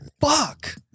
fuck